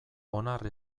onar